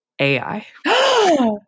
AI